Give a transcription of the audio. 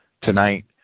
tonight